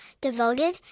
devoted